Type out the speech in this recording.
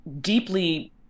deeply